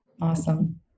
Awesome